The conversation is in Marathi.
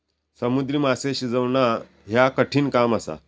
समुद्री माशे शिजवणा ह्या कठिण काम असा